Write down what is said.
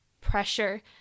pressure